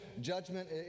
Judgment